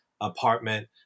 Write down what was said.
apartment